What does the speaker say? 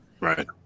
right